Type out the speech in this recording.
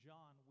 John